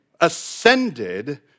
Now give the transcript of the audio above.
ascended